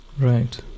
Right